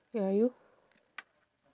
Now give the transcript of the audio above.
ya you